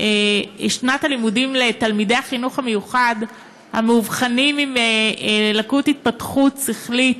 שנת הלימודים לתלמידי החינוך המיוחד המאובחנים עם לקות התפתחות שכלית,